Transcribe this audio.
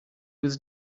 was